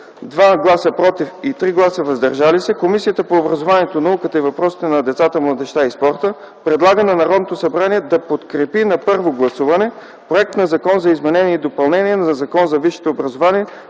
„за”, 2 - „против” и 3 „въздържали се”, Комисията по образованието, науката и въпросите на децата, младежта и спорта предлага на Народното събрание да подкрепи на първо гласуване проекта на Закон за изменение и допълнение на Закона за висшето образование,